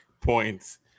Points